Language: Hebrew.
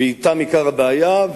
ואתם עיקר הבעיה.